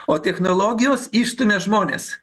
o technologijos išstumia žmones